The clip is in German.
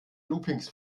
loopings